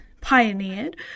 pioneered